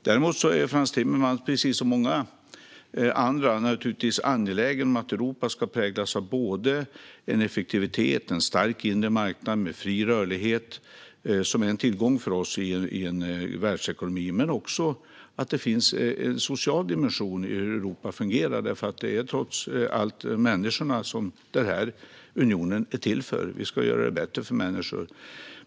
Däremot är Frans Timmermans, precis som många andra, naturligtvis angelägen om att Europa ska präglas av effektivitet och en stark inre marknad med fri rörlighet, som är en tillgång för oss i en världsekonomi, men också av att det finns en social dimension i hur Europa fungerar - det är trots allt människorna som den här unionen är till för. Vi ska göra det bättre för människor.